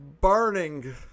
burning